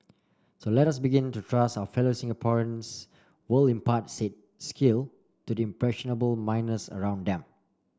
so let us begin to trust our fellow Singaporeans will impart said skill to the impressionable minors around them